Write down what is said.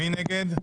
מי נגד?